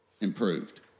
improved